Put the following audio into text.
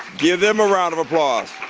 give them a round of applause.